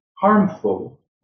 harmful